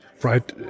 Right